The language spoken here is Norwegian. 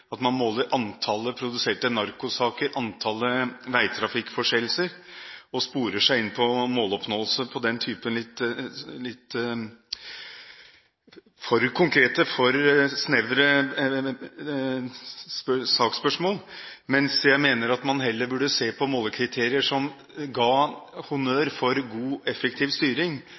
at man måler antall produserte narkosaker, antall veitrafikkforseelser og sporer seg inn på måloppnåelse på den typen litt for konkrete og for snevre saksspørsmål, mens jeg mener at man heller burde se på målekriterier som gir honnør for god og effektiv styring,